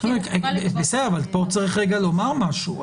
בסדר, אבל פה צריך לומר משהו.